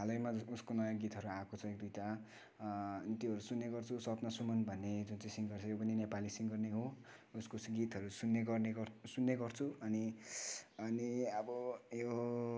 हालैमा उसको नयाँ गीतहरू आएको छ एक दुईटा त्योहरू सुन्ने गर्छु स्वप्न सुमन भन्ने जुन चाहिँ सिङ्गर छ यो पनि नेपाली सिङ्गर नै हो उसको गीतहरू सुन्ने गर्ने सुन्ने गर्छु अनि अनि अब यो